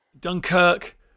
Dunkirk